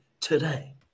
today